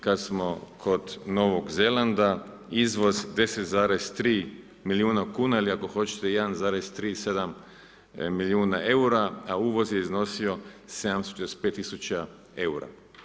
Kada smo kod Novog Zelanda, izvoz 10,3 milijuna kuna ili ako hoćete 1,37 milijuna eura a uvoz je iznosio … tisuća eura.